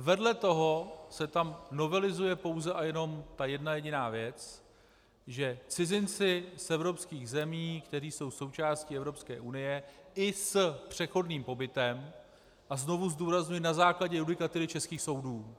Vedle toho se tam novelizuje pouze a jenom ta jedna jediná věc, že cizinci z evropských zemí, které jsou součástí Evropské unie, i s přechodným pobytem a znovu zdůrazňuji, na základě judikatury českých soudů